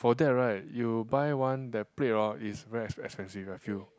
for that right you buy one that plate hor is very ex~ expensive I feel